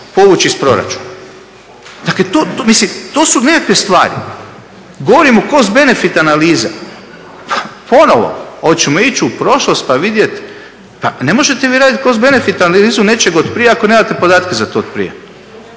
povući iz proračuna. Dakle to, mislim to su nekakve stvari. Govorimo ko s benefit analize. Ponovo oćemo ići u prošlost pa vidjet, pa ne možete vi raditi benefit analizu nečeg od prije ako nemate podatke za to od prije.